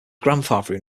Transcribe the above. grandfather